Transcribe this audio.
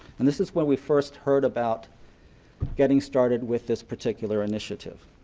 and this is when we first heard about getting started with this particular initiative.